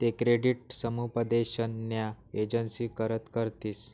ते क्रेडिट समुपदेशन न्या एजंसी मदत करतीस